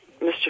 mr